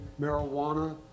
marijuana